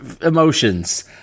emotions